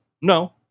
no